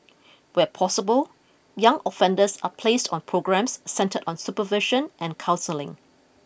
where possible young offenders are placed on programmes centred on supervision and counselling